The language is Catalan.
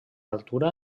altura